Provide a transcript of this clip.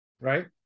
right